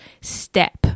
step